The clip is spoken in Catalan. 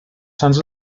sants